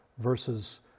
versus